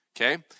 Okay